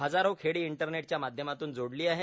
हजारो खेडी इंटरनेटच्या माध्यमातून जोडली आहेत